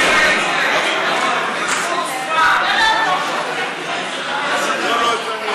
להסיר מסדר-היום את הצעת חוק הבטחת הכנסה (תיקון,